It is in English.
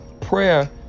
Prayer